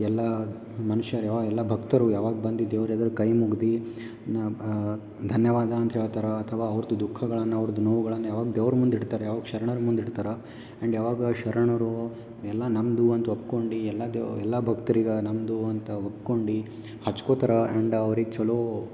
ಎಲ್ಲಾ ಮನುಷ್ಯರೋ ಎಲ್ಲಾ ಭಕ್ತರು ಯಾವಾಗ ಬಂದು ದೇವ್ರ ಎದುರು ಕೈ ಮುಗ್ದು ನ ಬ ಧನ್ಯವಾದ ಅಂತ ಹೇಳ್ತಾರ ಅಥವಾ ಅವ್ರ್ದು ದುಃಖಗಳನ್ನು ಅವ್ರ್ದು ನೋವುಗಳನ್ನು ಯಾವಾಗ ದೇವ್ರ ಮುಂದೆ ಇಡ್ತಾರೆ ಯಾವಾಗ ಶರಣರ ಮುಂದೆ ಇಡ್ತಾರ ಆ್ಯಂಡ್ ಯಾವಾಗ ಶರಣರು ಎಲ್ಲಾ ನಮ್ಮದು ಅಂತ ಒಪ್ಕೊಂಡು ಎಲ್ಲಾ ದೇವ ಎಲ್ಲ ಭಕ್ತ್ರಿಗ ನಮ್ಮದು ಅಂತ ಒಪ್ಕೊಂಡು ಹಚ್ಕೋತಾರ ಆ್ಯಂಡ್ ಅವ್ರಿಗೆ ಚಲೋ